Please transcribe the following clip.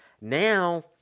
Now